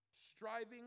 striving